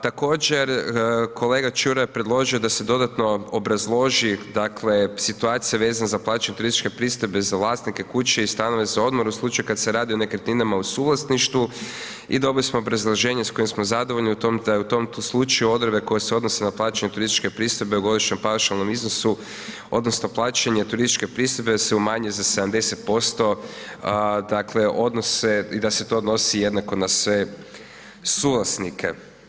Također kolega Čuraj je predložio da se dodatno obrazloži, dakle, situacija vezana za plaćanje turističke pristojbe za vlasnike kuće i stanove za odmor u slučaju kad se radi o nekretninama u suvlasništvu i dobili smo obrazloženje s kojim smo zadovoljni u tom, da je u tom slučaju odredbe koje se odnose na plaćanje turističke pristojbe u godišnjem paušalnom iznosu odnosno plaćanje turističke pristojbe se umanjuje za 70%, dakle, odnose, i da se to odnosi jednako na sve suvlasnike.